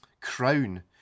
crown